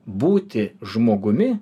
būti žmogumi